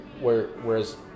whereas